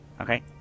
Okay